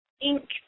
ink